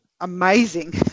Amazing